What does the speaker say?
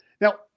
Now